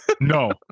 No